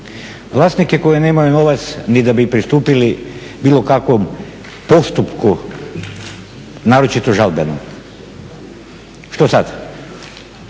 Vlasnike koji nemaju novac ni da bi pristupili bilo kakvom postupku naročito žalbenom. Što sada?